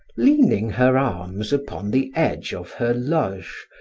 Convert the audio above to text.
leaning her arms upon the edge of her loge,